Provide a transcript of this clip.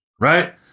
right